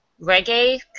reggae